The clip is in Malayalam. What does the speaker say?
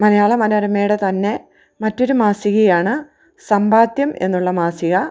മലയാള മനോരമയുടെ തന്നെ മറ്റൊരു മാസികയാണ് സമ്പാദ്യം എന്നുള്ള മാസിക